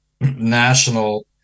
national